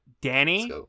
danny